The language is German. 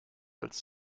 als